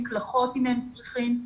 מקלחות אם הם צריכים,